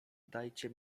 dajcie